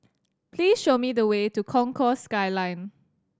please show me the way to Concourse Skyline